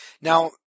Now